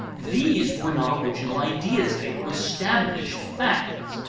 these were not original ideas they were established facts.